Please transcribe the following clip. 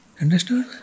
Understood